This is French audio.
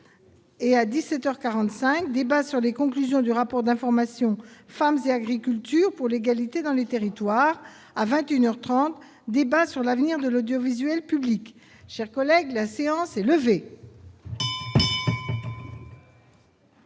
Et à 17 heures 45 débat sur les conclusions du rapport d'information femmes et agriculture pour l'égalité dans les territoires, à 21 heures 30 débat sur l'avenir de l'audiovisuel public, chers collègues, la séance est levée.